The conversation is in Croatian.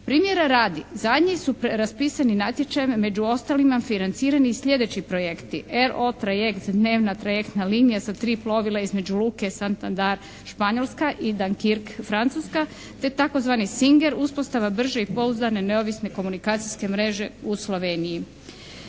Primjera radi zadnji su raspisani natječajima među ostalim financirani sljedeći projekti RO trajekt, dnevna trajekta linija sa 3 plovila između luke … /Govornik se ne razumije./ … Španjolska i … /Govornik se ne razumije./ … Francuska, te tzv. singer uspostava brže i pouzdane neovisne komunikacijske mreže u Sloveniji.